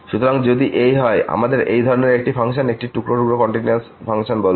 সুতরাং যদি এই হয় আমরা এই ধরনের একটি ফাংশন একটি টুকরা কন্টিনিউয়াস ফাংশন বলবো